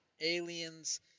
aliens